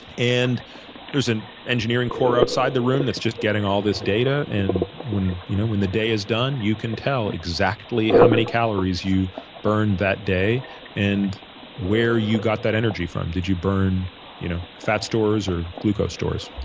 and there's an engineering corps outside the room that's just getting all this data, and when you know when the day is done, you can tell exactly how many calories you burned that day and where you got that energy from. did you burn you know fat stores or glucose stores?